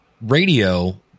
radio